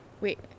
Wait